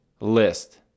list